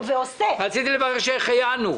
רציתי לברך שהחיינו.